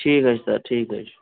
ٹھیٖک حظ چھُ سَر ٹھیٖک حظ چھُ